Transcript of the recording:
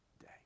day